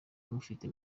mufite